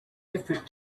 different